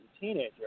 teenager